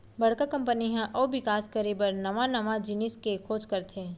बड़का कंपनी ह अउ बिकास करे बर नवा नवा जिनिस के खोज करथे